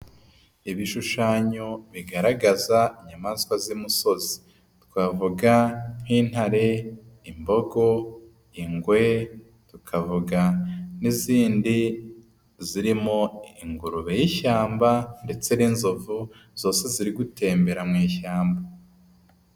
Ibishushanyo bigaragaza inyamaswa z'imusozi. Twavuga nk'intare, imbogo, ingwe, tukavuga n'izindi zirimo ingurube y'ishyamba ndetse n'inzovu, zose ziri gutembera mu ishyamba.